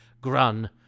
Grun